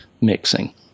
mixing